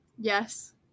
Yes